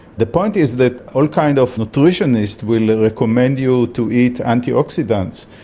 the point is that all kinds of nutritionists will recommend you to eat antioxidants,